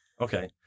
Okay